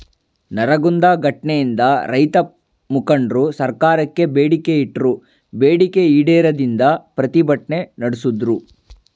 ನರಗುಂದ ಘಟ್ನೆಯಿಂದ ರೈತಮುಖಂಡ್ರು ಸರ್ಕಾರಕ್ಕೆ ಬೇಡಿಕೆ ಇಟ್ರು ಬೇಡಿಕೆ ಈಡೇರದಿಂದ ಪ್ರತಿಭಟ್ನೆ ನಡ್ಸುದ್ರು